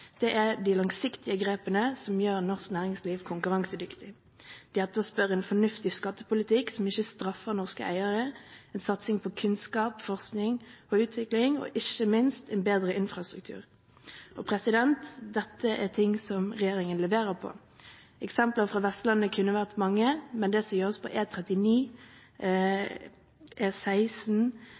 det er de langsiktige grepene, som gjør norsk næringsliv konkurransedyktig. De etterspør en fornuftig skattepolitikk som ikke straffer norske eiere, en satsing på kunnskap, forskning og utvikling og ikke minst en bedre infrastruktur. Dette er ting som regjeringen leverer på. Eksemplene fra Vestlandet kunne vært mange, men det som gjøres på